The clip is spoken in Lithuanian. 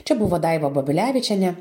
čia buvo daiva babilevičienė